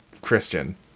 Christian